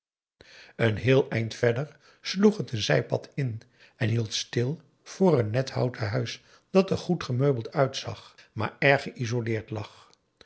een heel eind verder sloeg het een zijpad in en hield stil voor een net houten huis dat er goed gemeubeld uitzag maar erg geïsoleerd lag